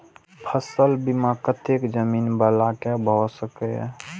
फसल बीमा कतेक जमीन वाला के भ सकेया?